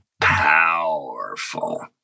Powerful